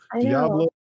diablo